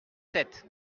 tête